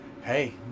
Hey